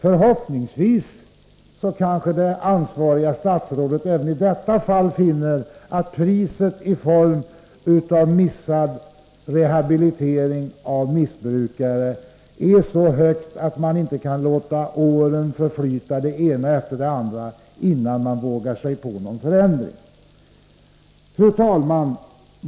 Förhoppningsvis finner det ansvariga statsrådet även i detta fall att priset — i form av missad rehabilitering av missbrukare — är så högt att man inte kan låta det ena året efter det andra förflyta innan man vågar göra någon förändring. Fru talman!